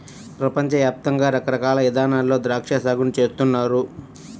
పెపంచ యాప్తంగా రకరకాల ఇదానాల్లో ద్రాక్షా సాగుని చేస్తున్నారు